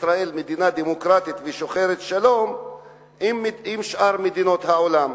ישראל מדינה דמוקרטית ושוחרת שלום עם שאר מדינות העולם.